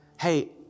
hey